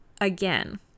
again